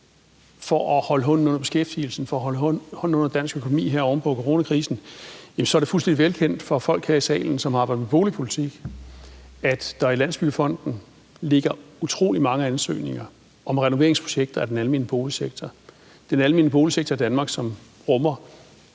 for at holde hånden under beskæftigelsen og for at holde hånden under dansk økonomi her oven på coronakrisen. Og det er fuldstændig velkendt for folk her i salen, som arbejder med boligpolitik, at der i Landsbyggefonden ligger utrolig mange ansøgninger om renoveringsprojekter i den almene boligsektor. Den almene boligsektor i Danmark rummer